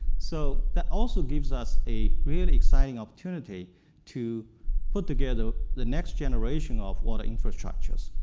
so that also gives us a really exciting opportunity to put together the next generation of water infrastructures,